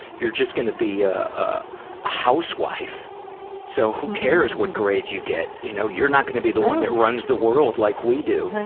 you're just gonna be a housewife so who cares what grades you get? you know you're not gonna be the one who runs the world like we do.